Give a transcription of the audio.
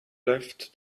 left